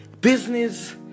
business